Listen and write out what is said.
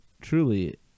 truly